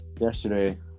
Yesterday